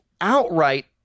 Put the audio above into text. outright